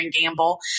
Gamble